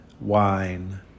wine